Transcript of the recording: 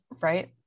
right